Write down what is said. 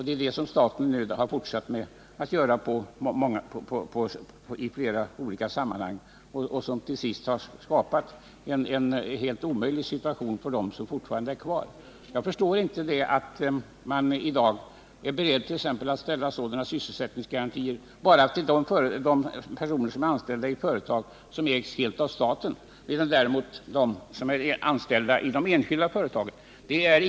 Det är det som staten nu har fortsatt att göra i flera olika sammanhang och som till sist skapat en helt omöjlig situation för de företag som fortfarande är kvar. Jag förstår inte att man i dag kan vara beredd att ställa ut sådana sysselsättningsgarantier bara till personer som är anställda i företag vilka ägs helt av staten, medan därernot de som är anställda i de enskilda företagen lämnas utanför.